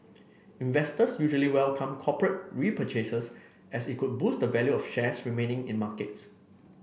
investors usually welcome corporate repurchases as it could boost the value of shares remaining in markets